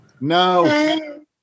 No